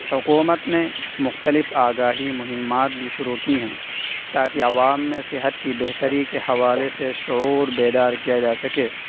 حکومت نے مختلف آگاہی مہمات بھی شروع کی ہیں تاکہ عوام میں صحت کی بہتری کے حوالے سے شعور بیدار کیا جا سکے